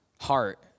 heart